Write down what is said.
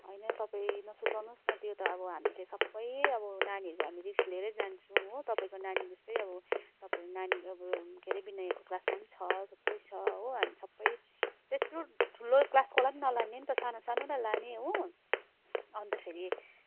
होइन तपाईँ नसुर्ताउनुहोस् न त्यो त अब हामीले सबै अब नानीहरूको रिक्स लिएरै जान्छौँ हो तपाईँको नानी जस्तै अब तपााईँको नानी अब के अरे बिनायकको क्लासमा पनि छ थुप्रै छ हो हामी सबै त्यत्रो ठुलो क्लासकोलाई पनि नलाने नि त सानो सानोलाई लाने हो अन्त फेरि